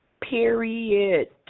period